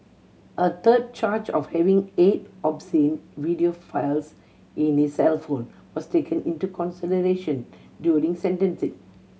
a third charge of having eight obscene video files in his cellphone was taken into consideration during sentencing